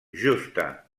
justa